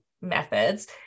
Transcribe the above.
methods